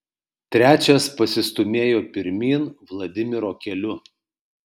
trečias pasistūmėjo pirmyn vladimiro keliu